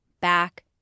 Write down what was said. back